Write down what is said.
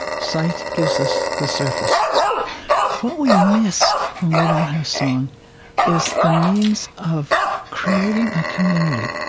sight gives us the surface what we miss when we don't have song is the means of creating a community,